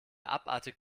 abartig